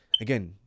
again